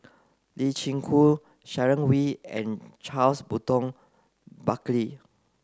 Lee Chin Koon Sharon Wee and Charles Burton Buckley